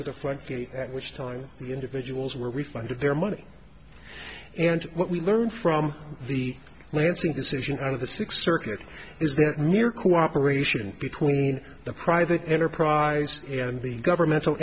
to the front gate at which time the individuals were refunded their money and what we learned from the lansing decision out of the six circuit is that mere cooperation between the private enterprise and the governmental